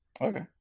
okay